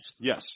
Yes